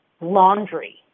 laundry